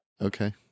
Okay